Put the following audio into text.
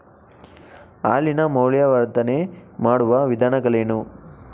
ಹಾಲಿನ ಮೌಲ್ಯವರ್ಧನೆ ಮಾಡುವ ವಿಧಾನಗಳೇನು?